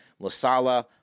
Lasala